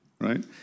right